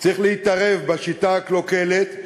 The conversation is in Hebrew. צריך להתערב בשיטה הקלוקלת,